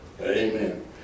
Amen